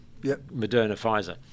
Moderna-Pfizer